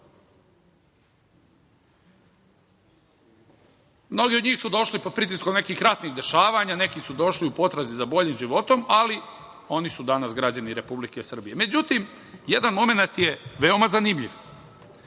Mnogi od njih su došli pod pritiskom nekih javnih dešavanja, neki su došli u potrazi za boljim životom, ali oni su danas građani Republike Srbije.Međutim, jedan momenat je veoma zanimljiv.